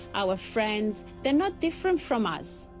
our friends. they're not different from us.